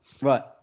Right